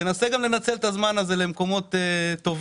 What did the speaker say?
תנסה לנצל את הזמן הזה למקומות טובים.